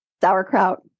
sauerkraut